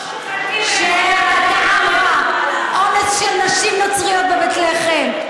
לא שוחטים אף אחד, אונס של נשים נוצריות בבית לחם.